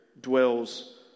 dwells